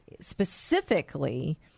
specifically